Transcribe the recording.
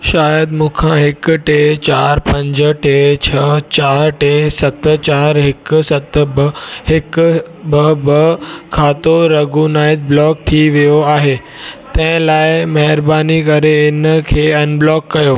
शायदि मूंखा हिकु टे चार पंज टे छ्ह चार टे सत चार हिकु सत ॿ हिकु ॿ ॿ खातो रागुनाही ब्लॉक थी वियो आहे तंहिं लाइ महिरबानी करे इनखे अनब्लॉक कयो